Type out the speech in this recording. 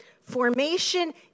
formation